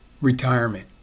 Retirement